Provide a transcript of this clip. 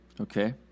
Okay